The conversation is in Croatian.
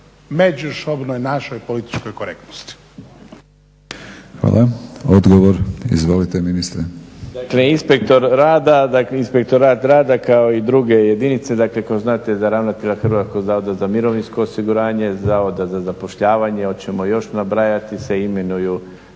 međusobnoj našoj političkoj korektnosti.